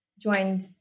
joined